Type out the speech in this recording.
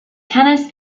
tennis